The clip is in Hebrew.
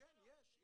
כן, יש.